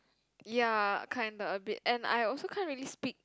ya kinda a bit and I also can't really speak